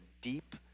deep